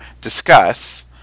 discuss